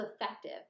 effective